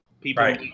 people